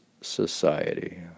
society